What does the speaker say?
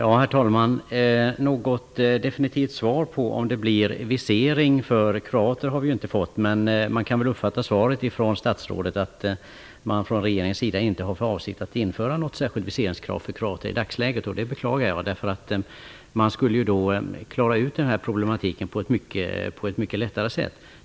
Herr talman! Något definitivt svar på om det blir visering för kroater har vi inte fått. Men man kan väl uppfatta statsrådets svar så att man från regeringens sida inte har för avsikt att i dagsläget införa något särskilt viseringskrav för kroater. Detta beklagar jag. Man skulle ju då kunna klara ut denna problematik på ett mycket lättare sätt.